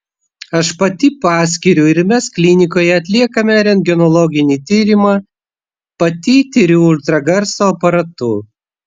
aš pati paskiriu ir mes klinikoje atliekame rentgenologinį tyrimą pati tiriu ultragarso aparatu